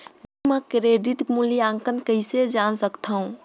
गांव म क्रेडिट मूल्यांकन कइसे जान सकथव?